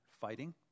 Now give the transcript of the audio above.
Fighting